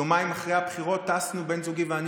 יומיים אחרי הבחירות טסנו בן זוגי ואני